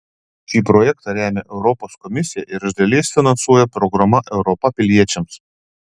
šį projektą remia europos komisija ir iš dalies finansuoja programa europa piliečiams